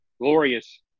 glorious